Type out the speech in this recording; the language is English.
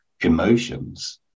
emotions